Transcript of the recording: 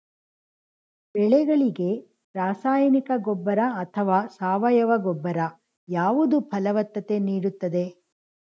ಬೆಳೆಗಳಿಗೆ ರಾಸಾಯನಿಕ ಗೊಬ್ಬರ ಅಥವಾ ಸಾವಯವ ಗೊಬ್ಬರ ಯಾವುದು ಫಲವತ್ತತೆ ನೀಡುತ್ತದೆ?